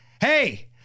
hey